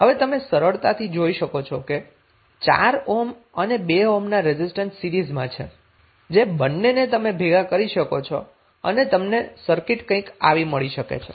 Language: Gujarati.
હવે તમે સરળતાથી જોઈ શકો છો કે 4 ઓહ્મ અને 2 ઓહ્મ રેઝિસ્ટન્સ સીરીઝમાં છે જે બંનેને તમે ભેગા કરી શકો છો અને તમને સર્કિટ કઈંક આવી મળી શકે છે